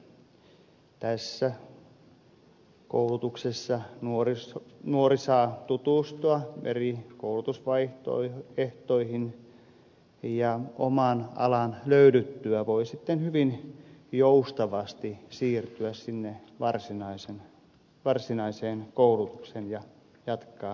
tässä koulutuksessa nuori saa tutustua eri koulutusvaihtoehtoihin ja oman alan löydyttyä voi sitten hyvin joustavasti siirtyä sinne varsinaiseen koulutukseen ja jatkaa opintoja